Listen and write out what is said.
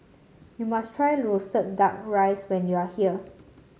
you must try roasted duck rice when you are here